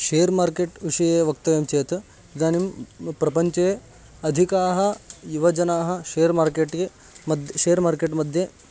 share market विषये वक्तव्यं चेत् इदानीं प्रपञ्चे अधिकाः युवजनाः शेर् मार्केट्ये मद् शेर् मार्केट् मध्ये